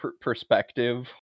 perspective